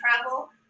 travel